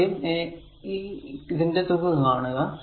ആദ്യം a a a R a R a a a a ഇതിന്റെ തുക കാണുക